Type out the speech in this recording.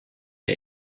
der